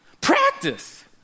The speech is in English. practice